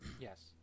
Yes